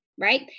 right